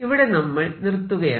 ഇവിടെ നമ്മൾ നിർത്തുകയാണ്